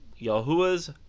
Yahuwah's